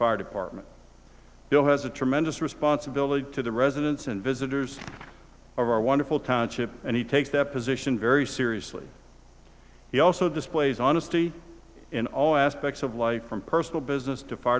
fire department still has a tremendous responsibility to the residents and visitors of our wonderful township and he takes that position very seriously he also displays honesty in all aspects of life from personal business to fire